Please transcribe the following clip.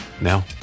Now